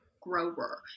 grower